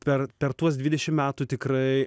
per per tuos dvidešim metų tikrai